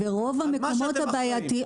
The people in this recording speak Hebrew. על מה שאתם אחראים.